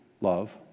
love